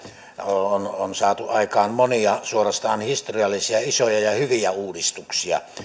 on on saatu aikaan monia suorastaan historiallisia isoja ja hyviä uudistuksia